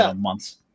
months